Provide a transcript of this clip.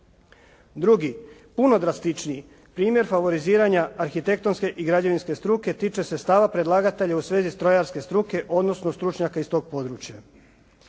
Drugi puno drastičniji primjer favoriziranja arhitektonske i građevinske struke tiče se stava predlagatelja u svezi strojarske struke odnosno stručnjaka iz tog područja.